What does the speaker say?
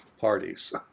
parties